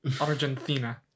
Argentina